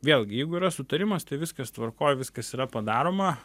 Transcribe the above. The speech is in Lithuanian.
vėlgi jeigu yra sutarimas tai viskas tvarkoj viskas yra padaroma